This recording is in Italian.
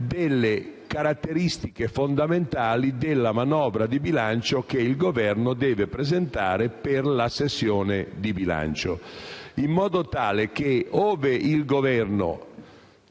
delle caratteristiche fondamentali della manovra di bilancio che l'Esecutivo deve presentare per la sessione di bilancio. Ove il Governo